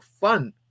fun